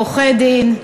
עורכי-דין,